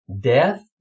death